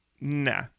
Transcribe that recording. nah